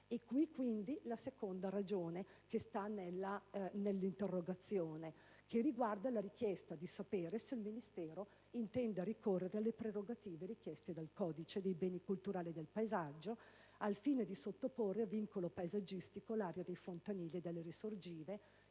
naturali. La seconda ragione della interrogazione riguarda la richiesta di sapere se il Ministero intenda ricorrere alle prerogative richieste dal Codice dei beni culturali e del paesaggio al fine di sottoporre a vincolo paesaggistico l'area dei fontanili e delle risorgive